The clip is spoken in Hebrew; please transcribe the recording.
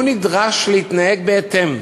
הוא נדרש להתנהג בהתאם.